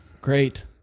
Great